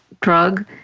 drug